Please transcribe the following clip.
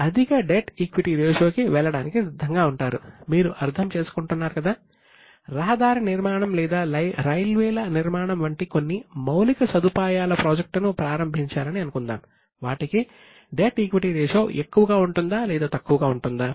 అయితే debt equity ratio ఎక్కువగా ఉంటుందా లేదా తక్కువగా ఉంటుందా